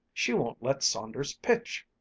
she won't let saunders pitch.